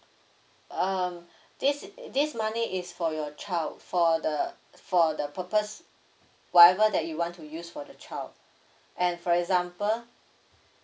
um this this money is for your child for the for the purpose whatever that you want to use for the child and for example